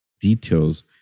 details